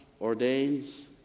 ordains